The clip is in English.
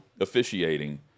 officiating